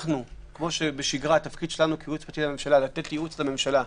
כמו שבשגרה תפקידנו לתת ייעוץ לממשלה,